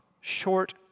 short